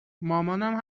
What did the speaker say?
مامانم